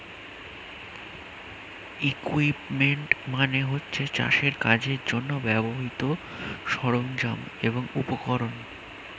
equipment মানে হচ্ছে চাষের কাজের জন্যে ব্যবহৃত সরঞ্জাম এবং উপকরণ